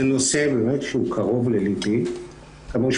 זה נושא שקרוב לליבי באמת.